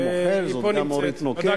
אני מוחל, זו גם אורית נוקד.